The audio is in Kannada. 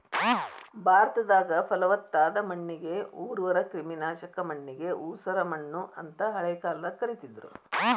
ಭಾರತದಾಗ, ಪಲವತ್ತಾದ ಮಣ್ಣಿಗೆ ಉರ್ವರ, ಕ್ರಿಮಿನಾಶಕ ಮಣ್ಣಿಗೆ ಉಸರಮಣ್ಣು ಅಂತ ಹಳೆ ಕಾಲದಾಗ ಕರೇತಿದ್ರು